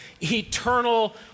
eternal